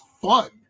fun